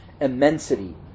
immensity